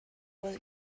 was